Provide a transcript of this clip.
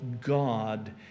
God